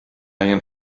angen